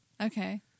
Okay